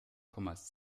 kommas